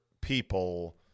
people